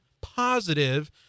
positive